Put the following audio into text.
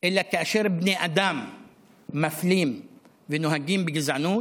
אלא כאשר בני אדם מפלים ונוהגים בגזענות